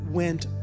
went